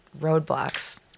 roadblocks